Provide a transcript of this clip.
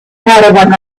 caravan